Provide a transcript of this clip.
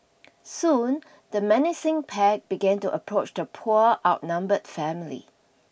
soon the menacing pack began to approach the poor outnumbered family